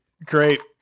Great